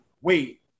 wait